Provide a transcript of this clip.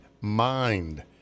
mind